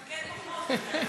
מפקד מחוז.